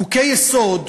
חוקי-יסוד,